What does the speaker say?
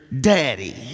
daddy